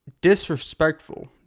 disrespectful